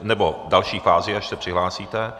Nebo v další fázi, až se přihlásíte.